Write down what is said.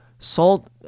Salt